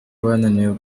bananiwe